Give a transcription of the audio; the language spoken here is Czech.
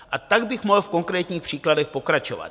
A tak bych mohl v konkrétních příkladech pokračovat.